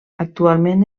actualment